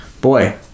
boy